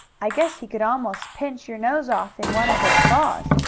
i guess he could almost pinch your nose off in one of his claws,